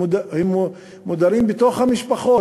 הם מודרים פעם שלישית בגלל חוסר המודעות הם מודרים בתוך המשפחות